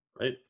right